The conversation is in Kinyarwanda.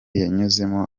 yunzemo